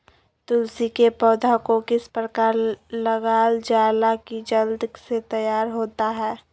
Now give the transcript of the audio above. तुलसी के पौधा को किस प्रकार लगालजाला की जल्द से तैयार होता है?